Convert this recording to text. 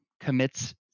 commits